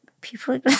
people